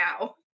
now